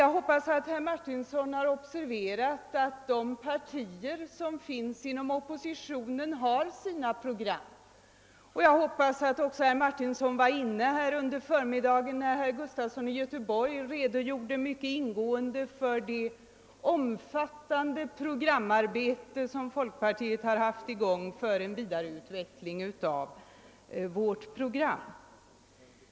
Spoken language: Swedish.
Jag hoppas att herr Martinsson har observerat att de partier som finns inom oppositionen har sina program, och jag hoppas också att herr Martinsson var inne i kammaren under förmiddagen då herr Gustafson i Göteborg mycket ingående redogjorde för det omfattande arbete som inom folkpartiet nedlagts på att vidareutveckla vårt program.